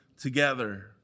together